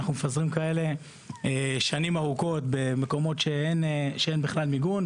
אנחנו מפזרים כאלה שנים ארוכות במקומות שאין בכלל מיגון.